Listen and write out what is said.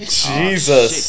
jesus